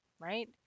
right